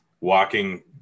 walking